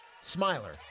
Smiler